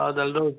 ଆଉ ତାହେଲେ ରହୁଛି